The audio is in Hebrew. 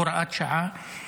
הוראת שעה,